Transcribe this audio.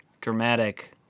dramatic